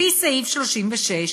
לפי סעיף 36,